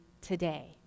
today